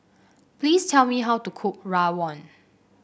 please tell me how to cook Rawon